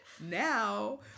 Now